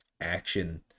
action